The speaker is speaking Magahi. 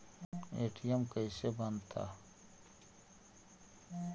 ए.टी.एम कैसे बनता?